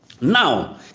Now